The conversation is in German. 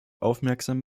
aufmerksam